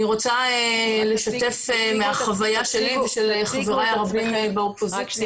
אני רוצה לשתף בחוויה שלי ושל וחבריי הרבים באופוזיציה.